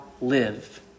live